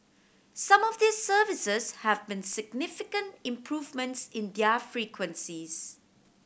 some of these services have seen significant improvements in their frequencies